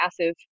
passive